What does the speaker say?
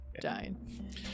dying